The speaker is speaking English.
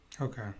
okay